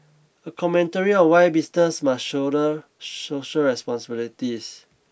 a commentary on why businesses must shoulder social responsibilities